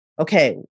okay